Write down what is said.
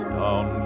down